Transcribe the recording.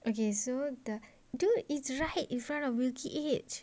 okay so the dude it is right in front of wilkie edge